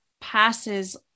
passes